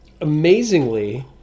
amazingly